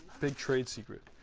big trade secret.